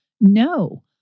No